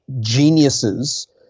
geniuses